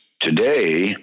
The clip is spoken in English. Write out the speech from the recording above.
Today